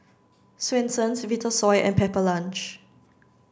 Swensens Vitasoy and Pepper Lunch